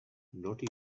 not